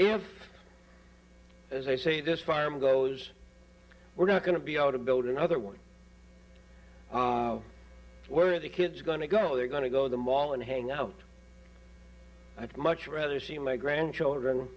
if as i say this farm goes we're not going to be able to build another one where are the kids going to go they're going to go the mall and hang out much rather see my grandchildren